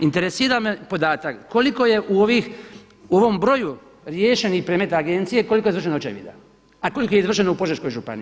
Interesira me podatak koliko je u ovih, u ovom broju riješenih predmeta Agencije koliko je izvršeno očevida, a koliko je izvršeno u Požeškoj županiji?